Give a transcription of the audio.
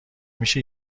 میشه